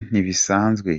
ntibisanzwe